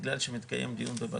בגלל שמתקיים דיון בבג"ץ?